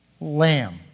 lamb